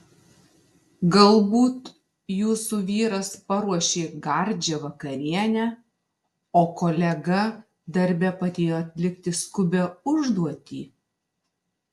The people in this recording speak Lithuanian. galbūt jūsų vyras paruošė gardžią vakarienę o kolega darbe padėjo atlikti skubią užduotį